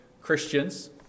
Christians